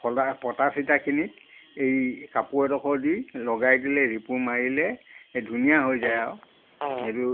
ফলা ফটা চিটাখিনিত এই কাপোৰ এডোখৰ দি লগাই দিলে ৰিপু মাৰিলে এই ধুনীয়া হৈ যায় আৰু সেইটো